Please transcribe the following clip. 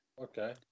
Okay